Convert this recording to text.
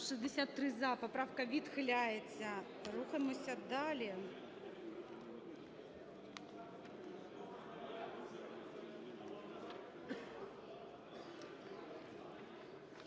За-63 Поправка відхиляється. Рухаємося далі.